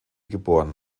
geboren